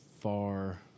far